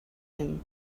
him